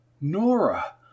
Nora